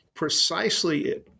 precisely